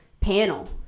panel